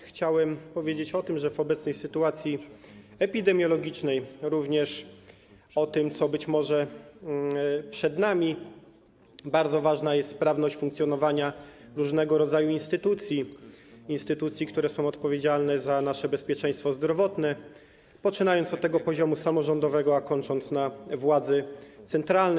Chciałem powiedzieć o tym, że w obecnej sytuacji epidemiologicznej - również w okresie, który być może przed nami - bardzo ważna jest sprawność funkcjonowania różnego rodzaju instytucji, które są odpowiedzialne za nasze bezpieczeństwo zdrowotne, poczynając od poziomu samorządowego, a kończąc na władzy centralnej.